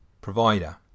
provider